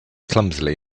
clumsily